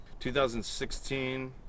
2016